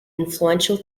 influential